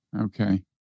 Okay